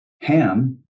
Ham